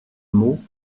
mot